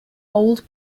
old